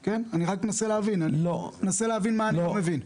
אני רק מנסה להבין מה אני לא מבין.